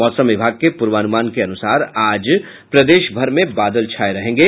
मौसम विभाग के पूर्वानुमान के अनुसार आज प्रदेश भर में बादल छाये रहेंगे